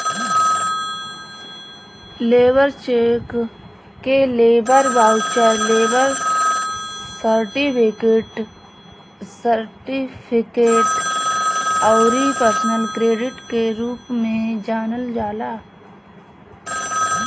labour cheque के labour voucher, labour certificate अउरी personal credit के रूप में जानल जाला